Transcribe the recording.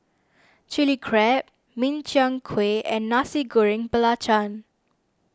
Chilli Crab Min Chiang Kueh and Nasi Goreng Belacan